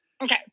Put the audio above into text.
Okay